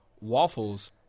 Waffles